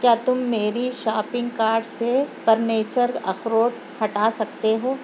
کیا تم میری شاپنگ کارڈ سے پرنیچر اخروٹ ہٹا سکتے ہو